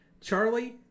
Charlie